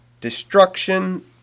destruction